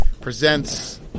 Presents